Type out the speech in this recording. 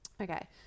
Okay